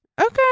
Okay